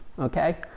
okay